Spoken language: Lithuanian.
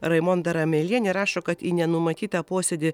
raimonda ramelienė rašo kad į nenumatytą posėdį